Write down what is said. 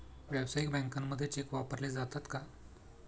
व्यावसायिक बँकांमध्ये चेक वापरले जातात का?